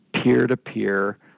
peer-to-peer